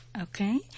Okay